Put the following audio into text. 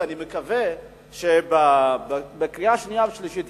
אני מקווה שבקריאה השנייה והקריאה השלישית,